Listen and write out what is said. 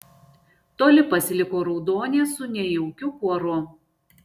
toli pasiliko raudonė su nejaukiu kuoru